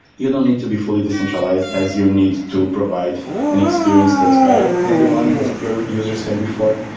you don't need to be fully decentralized as you need to provide an experience that's better than the one that your users had before,